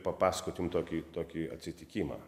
papasakot jum tokį tokį atsitikimą